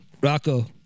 Rocco